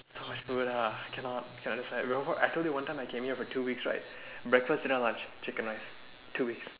so much food ah I cannot cannot decide remember I told you one time I came here for two weeks right breakfast dinner lunch chicken rice two weeks